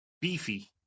beefy